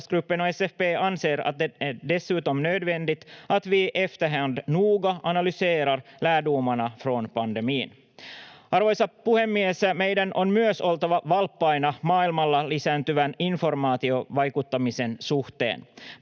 och SFP anser det dessutom nödvändigt att vi i efterhand noga analyserar lärdomarna från pandemin. Arvoisa puhemies! Meidän on myös oltava valppaina maailmalla lisääntyvän informaatiovaikuttamisen suhteen.